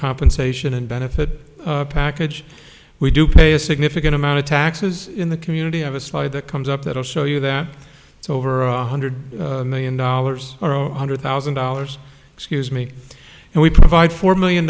compensation and benefit package we do pay a significant amount of taxes in the community have a slide that comes up that will show you that it's over a hundred million dollars or a hundred thousand dollars excuse me and we provide four million